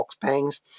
bangs